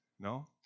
No